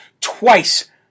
Twice